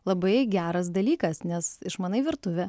labai geras dalykas nes išmanai virtuvę